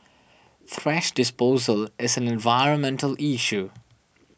thrash disposal is an environmental issue